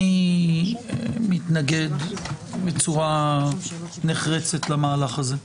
אני מתנגד בצורה נחרצת למהלך הזה.